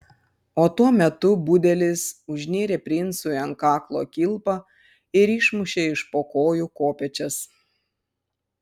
o tuo metu budelis užnėrė princui ant kaklo kilpą ir išmušė iš po kojų kopėčias